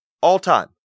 all-time